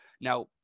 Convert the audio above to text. Now